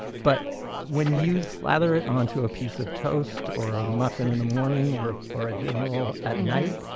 but when you slather it onto a piece of toast or a muffin in the morning, or or a dinner roll at night,